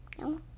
No